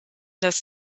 das